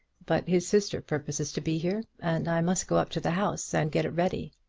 but his sister purposes to be here, and i must go up to the house and get it ready.